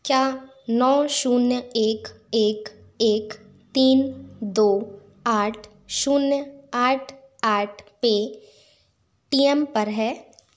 क्या नौ शून्य एक एक एक तीन दो आठ शून्य आठ आठ पे टीएम पर है